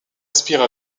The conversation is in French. aspire